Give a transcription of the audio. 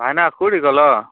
ଭାଇନା କେଉଁଠି ଗଲ